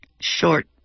short